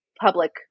public